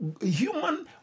human